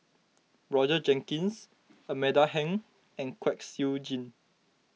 Roger Jenkins Amanda Heng and Kwek Siew Jin